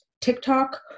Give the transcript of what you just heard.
TikTok